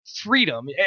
freedom